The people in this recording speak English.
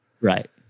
Right